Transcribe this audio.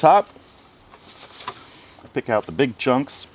top pick out the big chunks